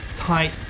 Tight